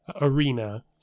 arena